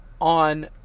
on